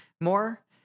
more